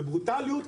בברוטליות,